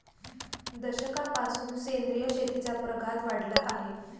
दशकापासून सेंद्रिय शेतीचा प्रघात वाढला आहे